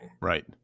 right